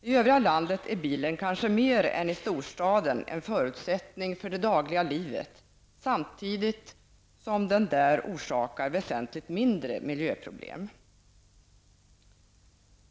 I övriga landet är bilen kanske mer än i storstaden en förutsättning för det dagliga livet, samtidigt som den där orsakar väsentligt mindre miljöproblem.